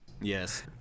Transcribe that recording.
Yes